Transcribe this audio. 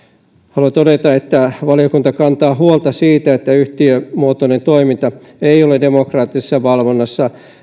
haluan todeta että valiokunta kantaa huolta siitä että yhtiömuotoinen toiminta ei ole demokraattisessa valvonnassa